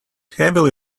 heavily